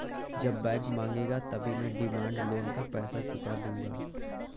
जब बैंक मांगेगा तभी मैं डिमांड लोन का पैसा चुका दूंगा